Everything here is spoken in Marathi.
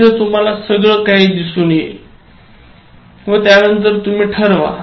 तिथे तुम्हाला सगळं काही दिसून येईल व त्यानंतर तुम्ही ठरवा